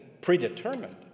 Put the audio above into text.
predetermined